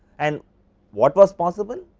and what was possible?